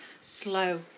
slow